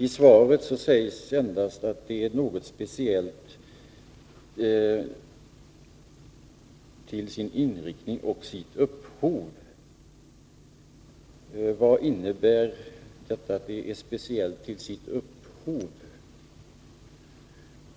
I svaret sägs endast att projektet ”är något speciellt till sin inriktning och sitt upphov”. Vad innebär det att projektet är speciellt till sitt upphov?